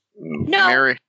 No